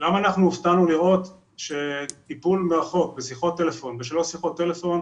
גם אנחנו הופתענו לראות שטיפול מרחוק ושלוש שיחות טלפון,